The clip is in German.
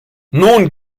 nun